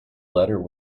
letter